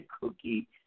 Cookie